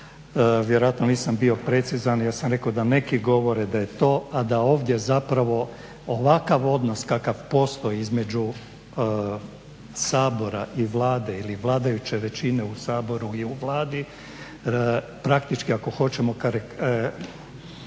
Vjerojatno nisam bio precizan, ja sam rekao da neki govore da je to a da ovdje zapravo ovakav odnos kakav postoji između Sabora i Vlade ili vladajuće većine u Saboru i u Vladi praktički ako hoćemo karikirati